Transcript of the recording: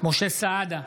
משה סעדה,